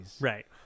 right